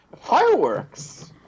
fireworks